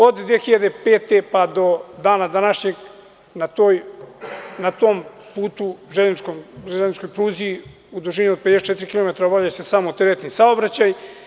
Od 2005. godine pa do dana današnjeg na tom putu, železničkoj pruzi u dužini od 54 km obavlja se samo teretni saobraćaj.